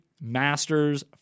masters